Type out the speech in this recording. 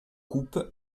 coupe